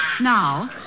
Now